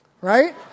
right